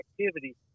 activity